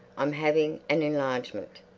i'm having an enlargemint.